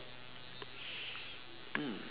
hmm